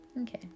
okay